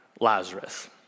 Lazarus